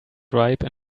ripe